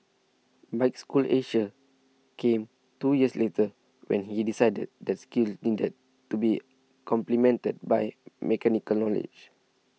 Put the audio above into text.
Bike School Asia came two years later when he decided that skills needed to be complemented by mechanical knowledge